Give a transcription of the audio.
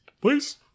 please